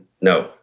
no